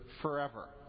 forever